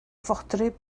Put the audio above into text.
fodryb